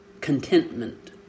contentment